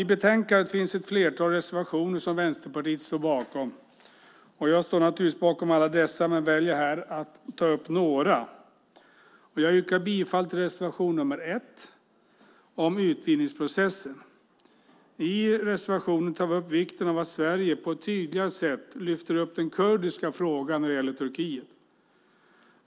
I betänkandet finns ett flertal reservationer som Vänsterpartiet står bakom. Jag står naturligtvis bakom alla dessa men väljer här att ta upp några. Jag yrkar bifall till reservation nr 1 om utvidgningsprocessen. I reservationen tar vi upp vikten av att Sverige på ett tydligare sätt lyfter upp den kurdiska frågan när det gäller Turkiet.